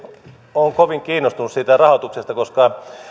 olen kovin kiinnostunut siitä rahoituksesta koska